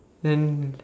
then